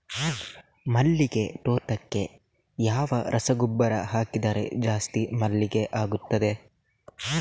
ಮಲ್ಲಿಗೆ ತೋಟಕ್ಕೆ ಯಾವ ರಸಗೊಬ್ಬರ ಹಾಕಿದರೆ ಜಾಸ್ತಿ ಮಲ್ಲಿಗೆ ಆಗುತ್ತದೆ?